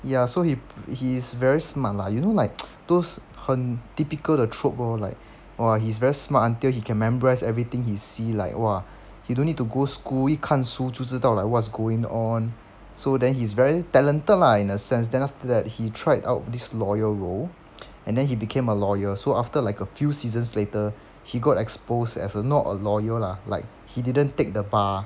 ya so he he's very smart lah you know like those 很 typical 的 troupe lor like !wah! he's very smart until he can memorize everything he see like !wah! he don't need to go school 一看书就知道 like what's going on so then he's very talented lah in a sense then after that he tried out this lawyer role and then he became a lawyer so after like a few seasons later he got exposed as a not a lawyer lah like he didn't take the bar